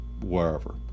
wherever